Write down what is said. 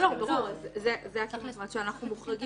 בואו נגדיר